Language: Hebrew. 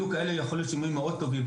יכולים להיות ילדים מאוד טובים,